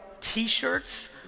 T-shirts